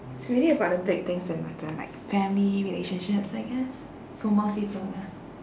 it's really about the things that matter like family and relationships I guess for most people lah